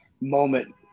moment